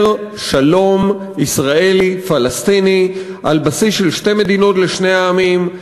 שלום ישראלי פלסטיני על בסיס של שתי מדינות לשני העמים,